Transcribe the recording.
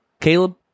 Caleb